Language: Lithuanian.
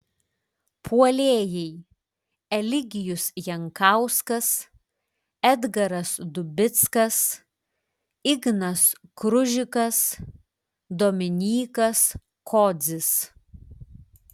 puolėjai eligijus jankauskas edgaras dubickas ignas kružikas dominykas kodzis